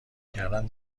کردن